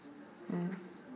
mm